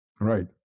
Right